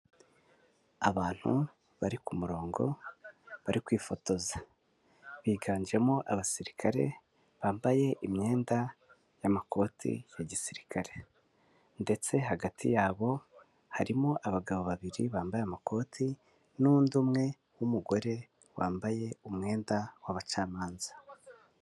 Abantu bari ku murongo bari kwifotoza biganjemo abasirikare bambaye imyenda y'amakoti ya gisirikare ndetse hagati yabo harimo abagabo babiri bambaye amakoti n'undi umwe w'umugore wambaye umwenda w'abacamanza.